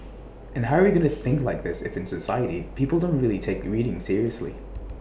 and how are we going to think like this if in society people don't really take reading seriously